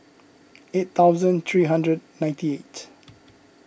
eight thousand three hundred ninety eight